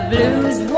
blues